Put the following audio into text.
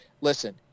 listen